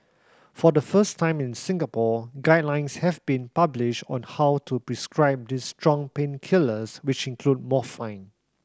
for the first time in Singapore guidelines have been published on how to prescribe these strong painkillers which include morphine